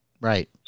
Right